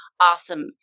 awesome